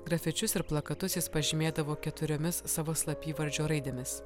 grafičius ir plakatus jis pažymėdavo keturiomis savo slapyvardžio raidėmis